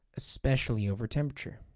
especially over temperature.